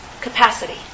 capacity